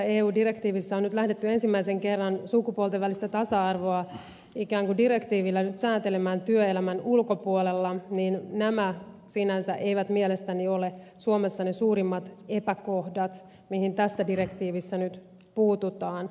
kun nyt on lähdetty ensimmäisen kerran sukupuolten välistä tasa arvoa eu direktiivillä säätelemään työelämän ulkopuolella niin nämä sinänsä eivät mielestäni ole suomessa ne suurimmat epäkohdat mihin tässä direktiivissä nyt puututaan